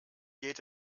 geht